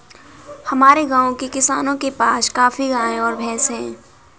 हमारे गाँव के किसानों के पास काफी गायें और भैंस है